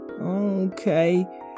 Okay